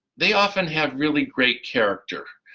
they often have really great character.